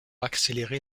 accélérer